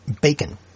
Bacon